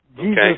Jesus